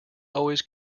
always